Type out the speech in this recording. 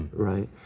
right?